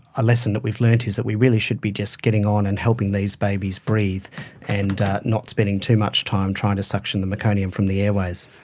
a lesson that we've learned is that we really should be just getting on and helping these babies breathe and not spending too much time trying to suction the meconium from the airways.